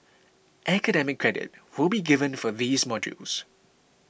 academic credit will be given for these modules